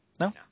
No